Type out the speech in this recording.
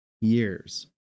Years